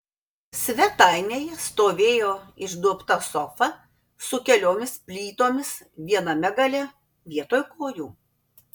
svetainėje stovėjo išduobta sofa su keliomis plytomis viename gale vietoj kojų